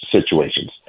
situations